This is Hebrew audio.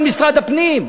על משרד הפנים,